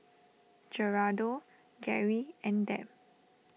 Gerardo Gerry and Deb